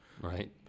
Right